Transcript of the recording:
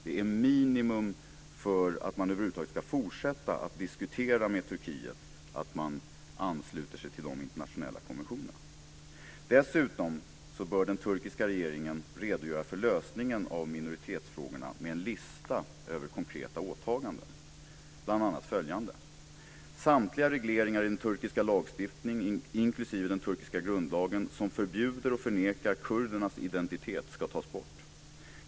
Det är ett minimum för att över huvud taget fortsätta att diskutera med Turkiet att man ansluter sig till de internationella konventionerna. Dessutom bör den turkiska regeringen redogöra för lösningen av minoritetsfrågorna med en lista över konkreta åtaganden, bl.a. följande: Samtliga regleringar i den turkiska lagstiftningen, inklusive den turkiska grundlagen, som förbjuder och förnekar kurdernas identitet ska tas bort.